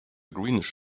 greenish